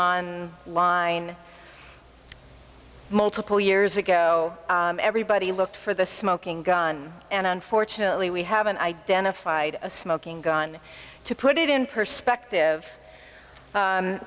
on line multiple years ago everybody looked for the smoking gun and unfortunately we haven't identified a smoking gun to put it in perspective